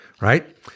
right